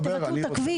תבטלו את הכביש.